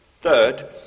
Third